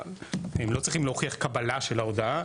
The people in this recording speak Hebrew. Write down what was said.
הם לא צריכים להוכיח קבלה של ההודעה,